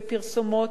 בפרסומת,